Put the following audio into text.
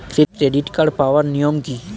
Credit card পাওয়ার নিয়ম কী?